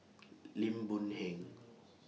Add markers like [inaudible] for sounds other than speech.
[noise] Lim Boon Heng